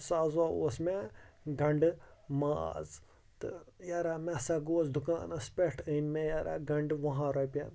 سُہ ہَسا اوس مےٚ گَنڈٕ ماز تہٕ یارا مےٚ ہَسا گوس دُکانَس پٮ۪ٹھ أنۍ مےٚ یارا گَنڈٕ وُہَن رۄپٮ۪ن